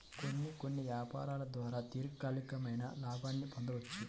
కొన్ని కొన్ని యాపారాల ద్వారా దీర్ఘకాలికమైన లాభాల్ని పొందొచ్చు